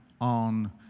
on